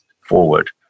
forward